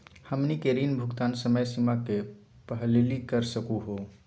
हमनी के ऋण भुगतान समय सीमा के पहलही कर सकू हो?